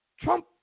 Trump